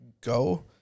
go